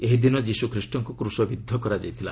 ଏହିଦିନ ଯୀଶୁଖ୍ରୀଷ୍ଟଙ୍କୁ କୁଶବିଦ୍ଧ କରାଯାଇଥିଲା